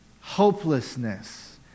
hopelessness